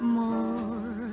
more